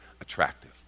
attractive